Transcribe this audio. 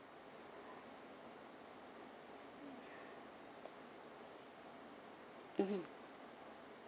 mmhmm